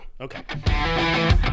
Okay